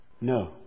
No